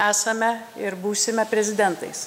esame ir būsime prezidentais